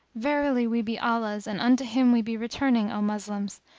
verily we be allah's and unto him we be returning, o moslems!